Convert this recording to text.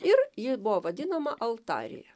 ir ji buvo vadinama altarija